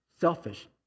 selfish